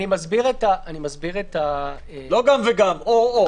לא גם וגם, או-או.